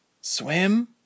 Swim